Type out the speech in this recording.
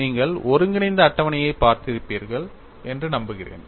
நீங்கள் ஒருங்கிணைந்த அட்டவணையைப் பார்த்திருப்பீர்கள் என்று நம்புகிறேன்